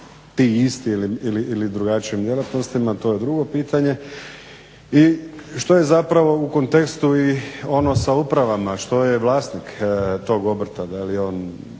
ti isti ili s drugačijim djelatnostima to je drugo pitanje. I što je zapravo u kontekstu i ono sa upravama, što je vlasnik tog obrta? Da li je